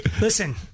listen